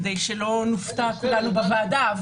כדי שלא נופתע כולנו בוועדה,